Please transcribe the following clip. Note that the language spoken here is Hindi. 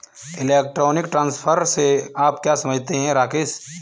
इलेक्ट्रॉनिक ट्रांसफर से आप क्या समझते हैं, राकेश?